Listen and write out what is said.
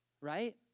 right